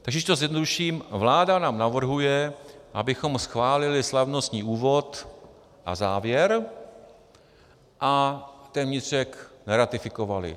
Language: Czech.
Takže když to zjednoduším, vláda nám navrhuje, abychom schválili slavnostní úvod a závěr a ten vnitřek neratifikovali.